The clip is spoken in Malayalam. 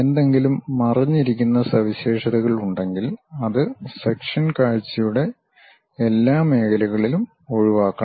എന്തെങ്കിലും മറഞ്ഞിരിക്കുന്ന സവിശേഷതകൾ ഉണ്ടെങ്കിൽ അത് സെക്ഷൻ കാഴ്ചയുടെ എല്ലാ മേഖലകളിലും ഒഴിവാക്കണം